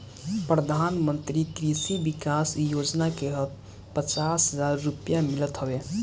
प्रधानमंत्री कृषि विकास योजना के तहत पचास हजार रुपिया मिलत हवे